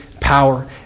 power